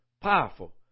powerful